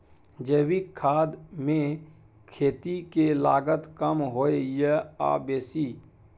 जैविक खाद मे खेती के लागत कम होय ये आ बेसी?